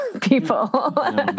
people